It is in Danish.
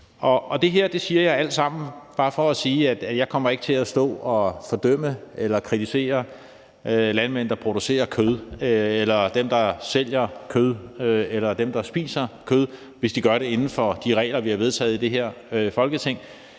Det her siger jeg alt sammen bare for at sige, at jeg ikke kommer til at stå og fordømme eller kritisere landmænd, der producerer kød, eller dem, der sælger kød, eller dem, der spiser kød, hvis de gør det inden for de regler, vi har vedtaget i det her Folketing.